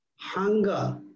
Hunger